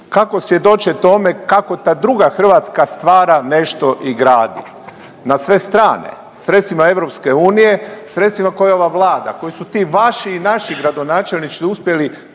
kako svjedoče tome kako ta druga Hrvatska stvara nešto i gradi na sve strane sredstvima EU, sredstvima koje ova Vlada, koje su ti vaši i naši gradonačelnici uspjeli